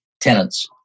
tenants